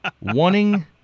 wanting